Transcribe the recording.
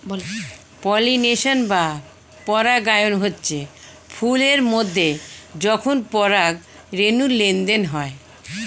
pollination বা পরাগায়ন হচ্ছে ফুল এর মধ্যে যখন পরাগ রেণুর লেনদেন হয়